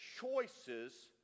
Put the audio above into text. choices